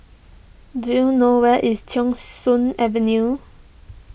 do you know where is Thong Soon Avenue